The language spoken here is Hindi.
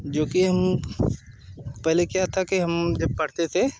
जो कि हम पहले क्या था कि हम जब पढ़ते थे